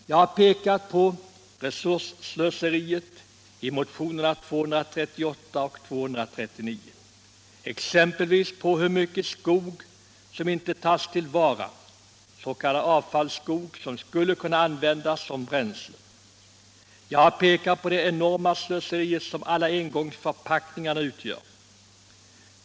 Jag har i motionerna 238 och 239 pekat på resursslöseriet, exempelvis på hur mycket skog som inte tas till vara, s.k. avfallsskog, som skulle kunna användas som bränsle. Jag har pekat på det enorma slöseri som alla engångsförpackningar utgör.